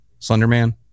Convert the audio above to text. Slenderman